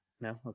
No